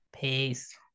peace